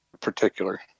particular